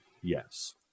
Yes